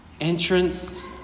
Entrance